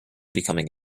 becoming